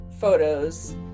photos